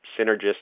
synergistic